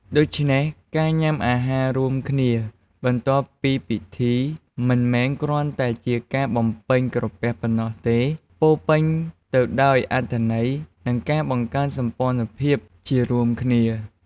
ដូច្នេះ ការញ៉ាំអាហាររួមគ្នាបន្ទាប់ពីពិធី មិនមែនគ្រាន់តែជាការបំពេញក្រពះប៉ុណ្ណោះទេ ពោរពេញទៅដោយអត្ថន័យ និងការបង្កើតសម្ព័ន្ធភាពជារួមគ្នា។